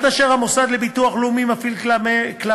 עד אשר המוסד לביטוח לאומי מפעיל כלפיהם